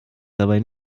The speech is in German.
dabei